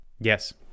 Yes